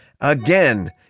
Again